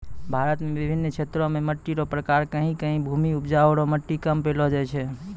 भारत मे बिभिन्न क्षेत्र मे मट्टी रो प्रकार कहीं कहीं भूमि उपजाउ रो मट्टी कम पैलो जाय छै